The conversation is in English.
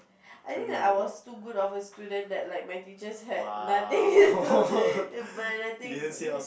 I think like I was too good of a student that like my teachers had nothing to nothing